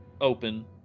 open